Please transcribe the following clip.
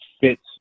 fits